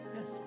Yes